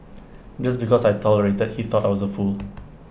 just because I tolerated he thought I was A fool